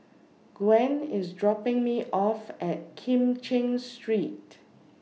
Gwen IS dropping Me off At Kim Cheng Street